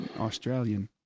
Australian